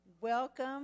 Welcome